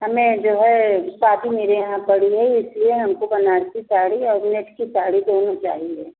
हमें जो है शादी मेरे यहाँ पड़ी है इसलिए हमको बनारसी साड़ी और नेट की साड़ी दोनों चाहिए